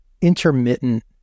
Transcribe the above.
intermittent